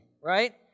right